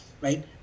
right